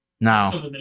Now